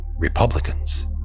Republicans